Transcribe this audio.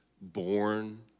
Born